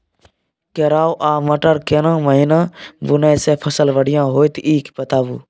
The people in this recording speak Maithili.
केराव आ मटर केना महिना बुनय से फसल बढ़िया होत ई बताबू?